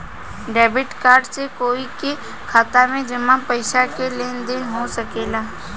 debit card से कोई के खाता में जामा पइसा के लेन देन हो सकेला